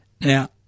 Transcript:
Now